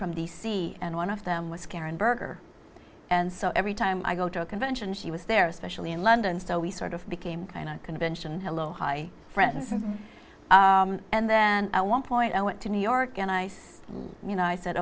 from d c and one of them was karen berger and so every time i go to a convention she was there especially in london so we sort of became kind of a convention hello hi friends and then i want point i went to new york and i said you know i said